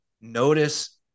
notice